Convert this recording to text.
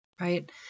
right